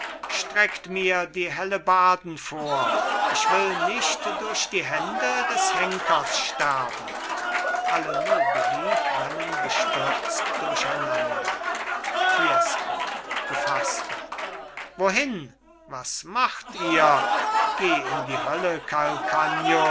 streckt mir die hellebarden vor ich will nicht durch die hände des henkers sterben alle nobili rennen bestürzt durcheinander fiesco gefaßter wohin was macht ihr geh in die hölle